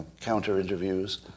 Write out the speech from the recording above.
counter-interviews